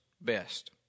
best